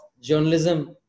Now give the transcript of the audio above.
journalism